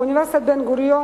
באוניברסיטת בן-גוריון,